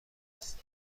نیست